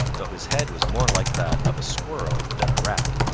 though his head was more like that of a squirrel than a rat.